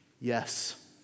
Yes